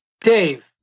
Dave